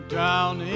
down